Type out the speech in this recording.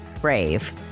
brave